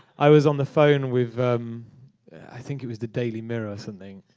i was on the phone with i think it was the daily mirror, or something,